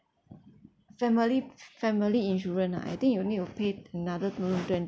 family family insurance ah I think you need to pay another mm twenty